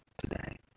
today